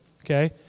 okay